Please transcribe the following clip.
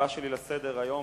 ולכן צריכים מאוד להיזהר.